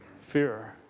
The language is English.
fear